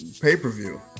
pay-per-view